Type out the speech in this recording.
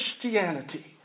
Christianity